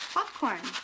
Popcorn